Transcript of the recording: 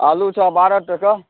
आलू छऽ बारह टके